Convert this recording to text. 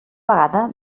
vegada